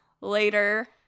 later